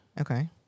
Okay